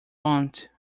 aunt